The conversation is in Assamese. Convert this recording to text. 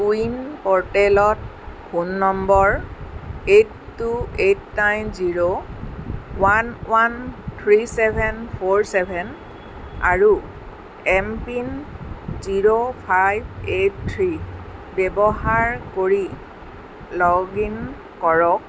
কোৱিন পৰ্টেলত phone number eight two eight nine zero one one three seven four seven আৰু mPIN zero five eight three ব্যৱহাৰ কৰি লগ ইন কৰক